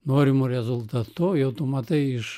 norimu rezultatu jau tu matai iš